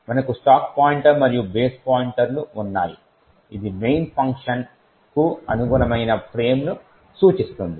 మనకు stack pointer మరియు base pointer ఉన్నాయి ఇది మెయిన్ ఫంక్షన్కు అనుగుణమైన ఫ్రేమ్ని సూచిస్తుంది